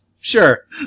Sure